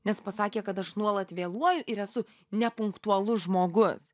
nes pasakė kad aš nuolat vėluoju ir esu nepunktualus žmogus